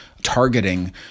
targeting